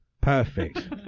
Perfect